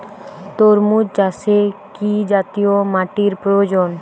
তরমুজ চাষে কি জাতীয় মাটির প্রয়োজন?